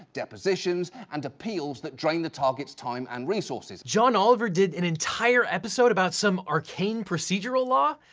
depositions, and appeals that drain the target's time and resources. john oliver did an entire episode about some arcane procedural law?